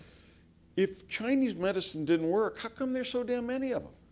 if chinese medicine didn't work, how come there's so damn many of them?